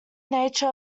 nature